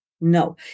No